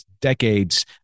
decades